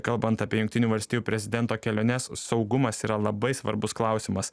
kalbant apie jungtinių valstijų prezidento keliones saugumas yra labai svarbus klausimas